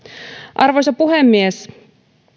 arvoisa puhemies